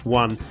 one